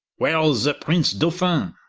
where's the prince dolphin?